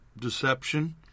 deception